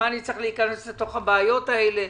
אני צריך להיכנס לתוך הבעיות האלה?